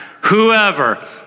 whoever